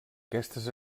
aquestes